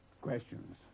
Questions